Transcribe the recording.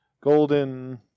golden